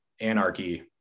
anarchy